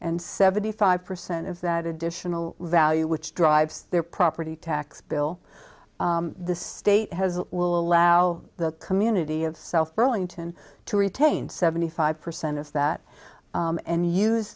and seventy five percent of that additional value which drives their property tax bill the state has will allow the community of south burlington to retain seventy five percent of that and use